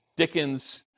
Dickens